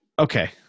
Okay